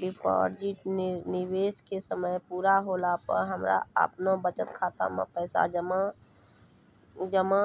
deposit निवेश के समय पूरा होला पर हमरा आपनौ बचत खाता मे पैसा जमा